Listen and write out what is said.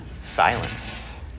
Silence